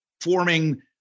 forming